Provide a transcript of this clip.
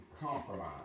compromise